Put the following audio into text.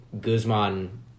Guzman